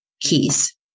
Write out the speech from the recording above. Keys